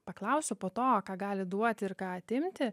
paklausiu po to ką gali duoti ir ką atimti